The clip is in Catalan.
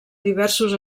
diversos